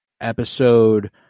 Episode